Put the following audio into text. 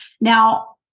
Now